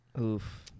Oof